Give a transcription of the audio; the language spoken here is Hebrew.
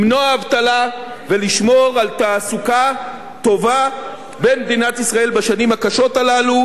למנוע אבטלה ולשמור על תעסוקה טובה במדינת ישראל בשנים הקשות הללו,